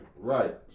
Right